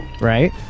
right